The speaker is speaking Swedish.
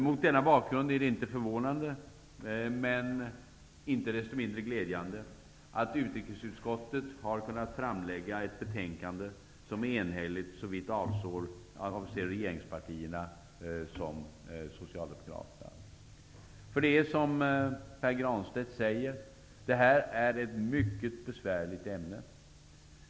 Mot denna bakgrund är det inte förvånande, men inte desto mindre glädjande, att utrikesutskottet har kunnat framlägga ett betänkande som är enhälligt såvitt avser såväl regeringspartierna som socialdemokraterna. Det är nämligen, som Pär Granstedt säger, ett mycket besvärligt ämne.